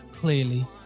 Clearly